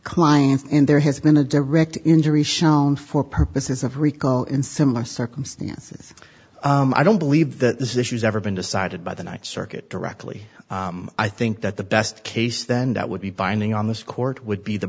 clients and there has been a direct injury shown for purposes of recall in similar circumstances i don't believe that this issue's ever been decided by the th circuit directly i think that the best case then that would be binding on this court would be the